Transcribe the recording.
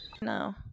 No